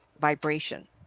vibration